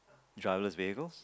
driver less vehicles